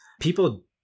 people